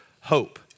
hope